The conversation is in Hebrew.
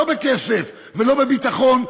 לא בכסף ולא בביטחון,